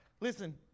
Listen